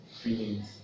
feelings